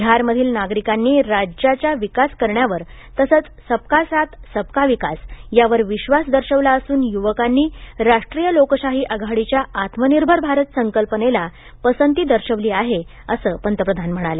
बिहारमधील नागरिकांनी राज्याच्या विकास करण्यावर तसंच सबका साथ सबका विकास यावर विश्वास दर्शवला असून युवकांनी राष्ट्रीय लोकशाही आघाडीच्या आत्मनिर्भर भारत संकल्पनेला पसंती दर्शवली आहे असं ते म्हणाले